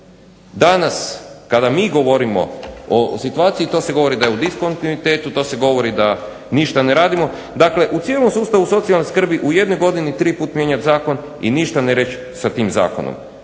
Danas kada mi govorimo o situaciji to se govori da je u diskontinuitetu, to se govori da ništa ne radimo. Dakle, u cijelom sustavu socijalne skrbi u jednoj godini tri puta mijenjati zakon i ništa ne reći sa tim zakonom.